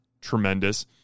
tremendous